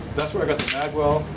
that's where i got the magwell,